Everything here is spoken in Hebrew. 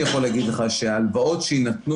אני יכול להגיד לך שההלוואות שיינתנו